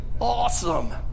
awesome